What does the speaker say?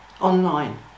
online